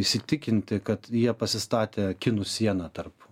įsitikinti kad jie pasistatė kinų sieną tarp